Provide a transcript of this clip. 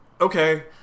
okay